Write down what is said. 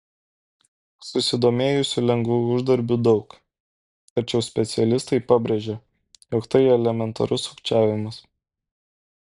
susidomėjusių lengvu uždarbiu daug tačiau specialistai pabrėžia jog tai elementarus sukčiavimas